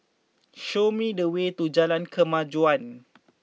show me the way to Jalan Kemajuan